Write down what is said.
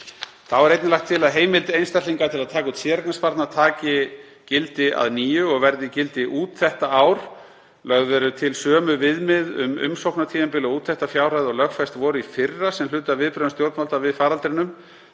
Þá er einnig lagt til að heimild einstaklinga til að taka út séreignarsparnað taki gildi að nýju og verði í gildi út þetta ár. Lögð eru til sömu viðmið um umsóknartímabilið og úttektarfjárhæð og lögfest voru í fyrra, 2020, sem hluti af viðbrögðum stjórnvalda við faraldrinum,